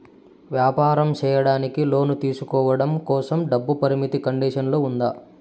వ్యాపారం సేయడానికి లోను తీసుకోవడం కోసం, డబ్బు పరిమితి కండిషన్లు ఉందా?